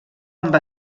amb